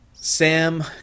Sam